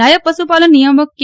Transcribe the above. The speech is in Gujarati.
નાયબ પશુપાલન નિયામક કે